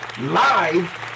live